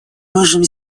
можем